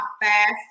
fast